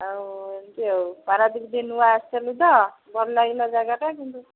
ଆଉ ଏମିତି ଆଉ ପାରାଦ୍ୱୀପ ନୂଆ ଆସିଥିଲି ତ ଭଲ ଲାଗିଲା ଜାଗାଟା କିନ୍ତୁ